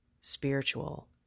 spiritual